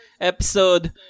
episode